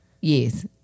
Yes